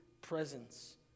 presence